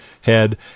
head